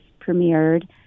premiered